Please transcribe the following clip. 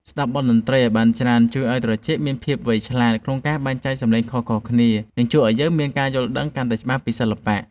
ស្ដាប់បទតន្ត្រីឱ្យបានច្រើនជួយឱ្យត្រចៀកមានភាពវៃឆ្លាតក្នុងការបែងចែកសម្លេងខុសៗគ្នា និងជួយឱ្យយើងមានការយល់ដឹងកាន់តែច្បាស់ពីសិល្បៈ។